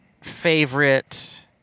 favorite